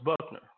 Buckner